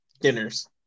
dinners